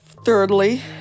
Thirdly